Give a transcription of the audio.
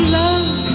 love